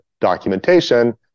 documentation